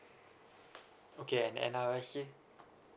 okay and N_R_I_C